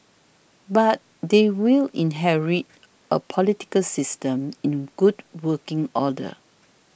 but they will inherit a political system in good working order